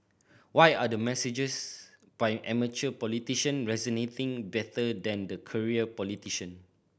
why are the messages by amateur politician resonating better than the career politician